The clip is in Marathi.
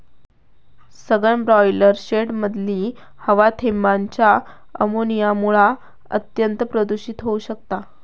सघन ब्रॉयलर शेडमधली हवा थेंबांच्या अमोनियामुळा अत्यंत प्रदुषित होउ शकता